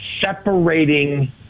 separating